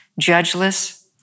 judgeless